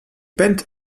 band